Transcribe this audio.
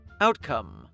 Outcome